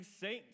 Saints